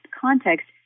context